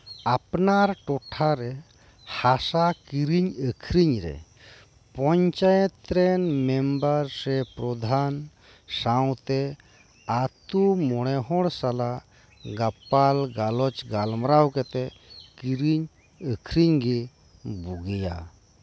ᱟᱯᱱᱟᱨ ᱴᱚᱴᱷᱟᱨᱮ ᱦᱟᱥᱟ ᱠᱤᱨᱤᱧ ᱟᱹᱠᱷᱨᱤᱧᱨᱮ ᱯᱚᱧᱪᱟᱭᱮᱛ ᱨᱮᱱ ᱢᱮᱢᱵᱟᱨ ᱥᱮ ᱯᱨᱚᱫᱷᱟᱱ ᱥᱟᱶᱛᱮ ᱟᱛᱳ ᱢᱚᱬᱮ ᱦᱚᱲ ᱥᱟᱞᱟᱜ ᱜᱟᱯᱟᱞ ᱜᱟᱞᱚᱪ ᱜᱟᱞᱢᱟᱨᱟᱣ ᱠᱟᱛᱮᱫᱠᱤᱨᱤᱧ ᱟᱹᱠᱷᱨᱤᱧ ᱜᱮ ᱵᱩᱜᱤᱭᱟ